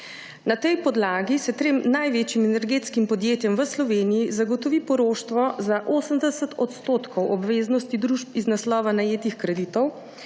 Na tej podlagi se trem največjim energetskim podjetjem v Sloveniji zagotovi poroštvo za 80 odstotkov obveznosti družb iz naslova najetih kreditov